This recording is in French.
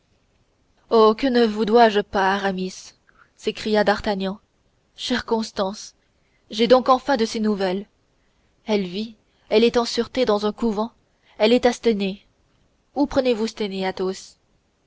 que ne vous dois-je pas aramis s'écria d'artagnan chère constance j'ai donc enfin de ses nouvelles elle vit elle est en sûreté dans un couvent elle est à stenay où prenez-vous stenay athos